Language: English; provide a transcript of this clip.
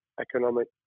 economic